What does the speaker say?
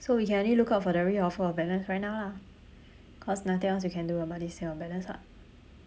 so we can only look out for the re-offer of balance right now lah cause nothing else we can do about this sales of balance [what]